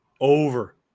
over